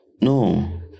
No